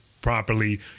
properly